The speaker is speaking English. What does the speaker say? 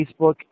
Facebook